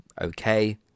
okay